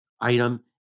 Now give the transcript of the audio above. item